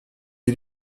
est